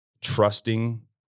trusting